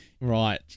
Right